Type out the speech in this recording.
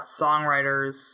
songwriters